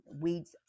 weeds